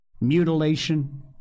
mutilation